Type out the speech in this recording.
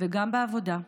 וגם בעבודה,